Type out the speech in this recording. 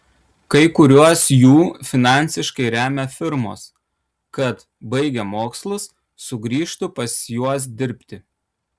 kai kuriuos jų finansiškai remia firmos kad baigę mokslus sugrįžtų pas juos dirbti